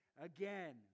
again